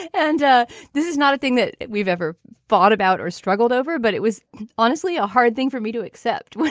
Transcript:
and this is not a thing that we've ever thought about or struggled over, but it was honestly a hard thing for me to accept.